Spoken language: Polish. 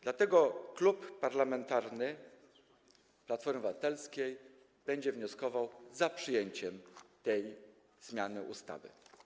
Dlatego też Klub Parlamentarny Platforma Obywatelska będzie wnioskował o przyjęcie tej zmiany ustawy.